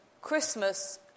Christmas